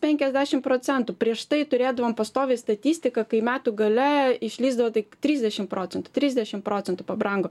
penkiasdešim procentų prieš tai turėdavom pastoviai statistiką kai metų gale išlįsdavo tik trisdešim procentų trisdešim procentų pabrango